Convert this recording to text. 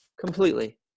completely